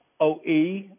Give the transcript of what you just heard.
OE